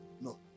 No